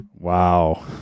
Wow